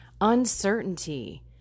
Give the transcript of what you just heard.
uncertainty